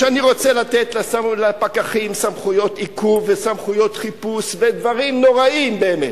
שאני רוצה לתת לפקחים סמכויות עיכוב וסמכויות חיפוש ודברים נוראים באמת,